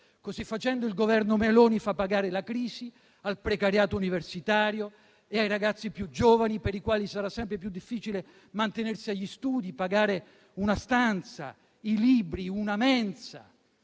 Così facendo, il Governo Meloni fa pagare la crisi al precariato universitario e ai ragazzi più giovani, per i quali sarà sempre più difficile mantenersi agli studi e pagare una stanza, i libri, una mensa.